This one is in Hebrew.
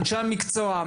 אנשי המקצוע,